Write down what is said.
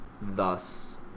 thus